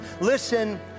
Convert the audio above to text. listen